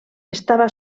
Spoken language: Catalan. estava